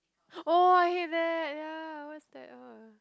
oh I hate that ya what's that !ugh!